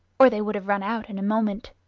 or they would have run out in a moment.